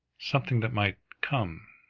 something that might come,